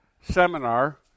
seminar